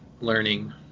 learning